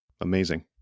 Amazing